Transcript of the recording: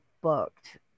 booked